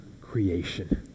creation